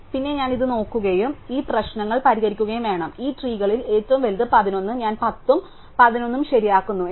പിന്നെ ഞാൻ ഇത് നോക്കുകയും ഈ പ്രശ്നങ്ങൾ പരിഹരിക്കുകയും വേണം ഈ ട്രീകളിൽ ഏറ്റവും വലുത് 11 ഞാൻ 10 ഉം 11 ഉം ശരിയാക്കുന്നു എനിക്ക് അത് ലഭിക്കും